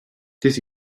this